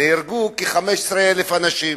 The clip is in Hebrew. נהרגו כ-15,000 אנשים.